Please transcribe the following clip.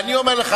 אני אומר לך,